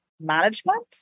management